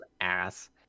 ass